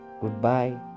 Goodbye